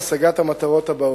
מהם 28 ספינות העוסקות בדיג מכמורת.